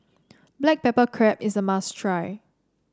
Black Pepper Crab is a must try